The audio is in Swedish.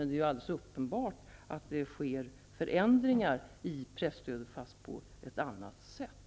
Det är ju alldeles uppenbart att det sker förändringar i fråga om presstödet, fastän de sker på ett annat sätt.